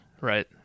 Right